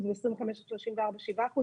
ו-25 עד 34 - 7%.